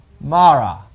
Mara